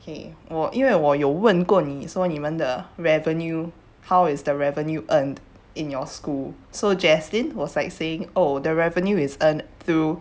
K 我因为我有问过你说你们的 revenue how is the revenue earned in your school so jaslyn was like saying oh the revenue is earned through